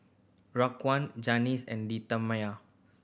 Raquan Janis and Demetria